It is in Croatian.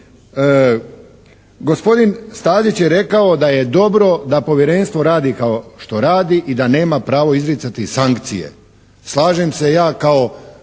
Gospodin Stazić je rekao da je dobro da povjerenstvo radi kao što radi i da nema pravo izricati sankcije. Slažem se ja kao